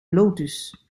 lotus